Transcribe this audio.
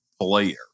player